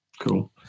Cool